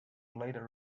later